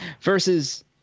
Versus